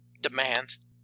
demands